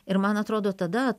ir man atrodo tada